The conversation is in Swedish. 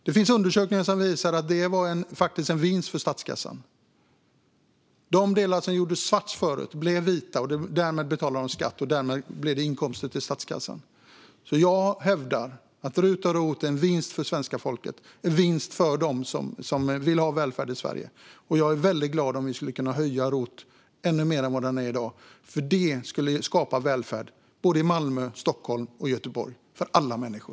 Det finns undersökningar som visar att det faktiskt var en vinst för statskassan, för de delar som tidigare utfördes svart blev vita. Därmed betalades det in skatt, som alltså blev inkomster till statskassan. Jag hävdar därför att rut och rot är en vinst för svenska folket och en vinst för dem som vill ha välfärd i Sverige. Jag vore väldigt glad om vi kunde höja rot ännu mer, för det skulle skapa välfärd i både Malmö, Stockholm och Göteborg - för alla människor.